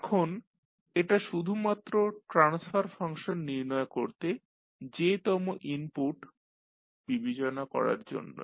এখন এটা শুধুমাত্র ট্রান্সফার ফাংশন নির্ণয়ের করতে j তম ইনপুট বিবেচনা করার জন্যই